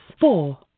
Four